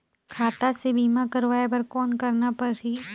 खाता से बीमा करवाय बर कौन करना परही?